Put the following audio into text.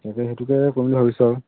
তাকে সেইটোকে কৰিম বুলি ভাবিছোঁ আৰু